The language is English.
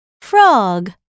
Frog